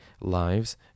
lives